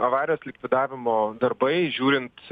avarijos likvidavimo darbai žiūrint